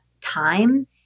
time